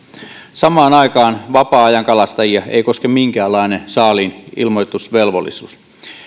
samaan aikaan vapaa ajankalastajia ei koske minkäänlainen saaliin ilmoitusvelvollisuus